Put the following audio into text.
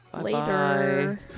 Later